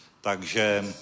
takže